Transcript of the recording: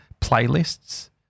playlists